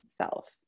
self